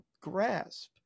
grasp